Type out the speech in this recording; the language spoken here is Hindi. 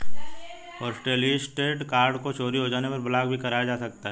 होस्टलिस्टेड कार्ड को चोरी हो जाने पर ब्लॉक भी कराया जा सकता है